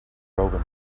robin